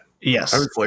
Yes